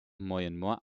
moyennement